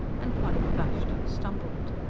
and polly blushed and stumbled.